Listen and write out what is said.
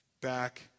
back